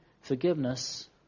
Forgiveness